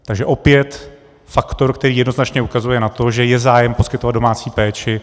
Takže opět faktor, který jednoznačně ukazuje na to, že je zájem poskytovat domácí péči.